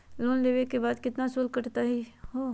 Loan लेवे के बाद केतना शुल्क कटतही हो?